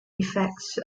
effects